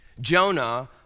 Jonah